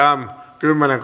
kymmenen